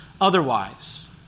Otherwise